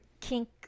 kink